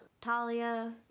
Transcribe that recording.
Talia